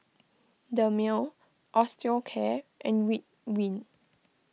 Dermale Osteocare and Ridwind